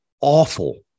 awful